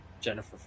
Jennifer